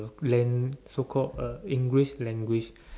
of land so called English language